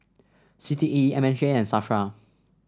C T E M H A and Safra